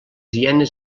hienes